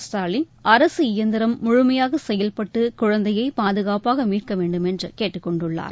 ஸ்டாலின் அரசு இயந்திரம் முழுமையாக செயல்பட்டு குழந்தையை பாதுகாப்பாக மீட்க வேண்டும் என்று கேட்டுக் கொண்டுள்ளார்